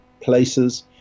places